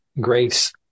grace